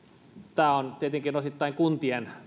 tämä on tietenkin osittain kuntien